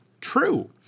true